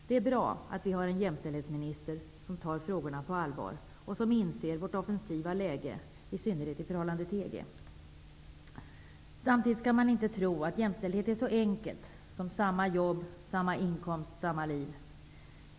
Det är bra att vi har en jämställdhetsminister som tar frågorna på allvar och som inser vårt offensiva läge på detta område, i synnerhet i förhållande till Samtidigt skall man inte tro att jämställdhet är så enkelt som samma jobb, samma inkomst, samma liv.